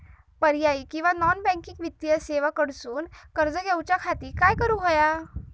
पर्यायी किंवा non banking वित्तीय सेवा कडसून कर्ज घेऊच्या खाती काय करुक होया?